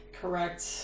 correct